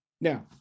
Now